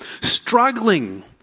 struggling